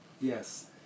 Yes